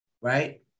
right